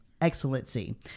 excellency